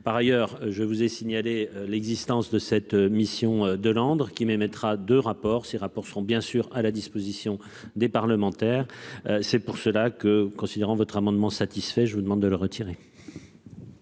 Par ailleurs, je vous ai signalé l'existence de cette mission de Londres qui mettra de rapports ces rapports seront bien sûr à la disposition des parlementaires. C'est pour cela que considérant votre amendement satisfait. Je vous demande de le retirer.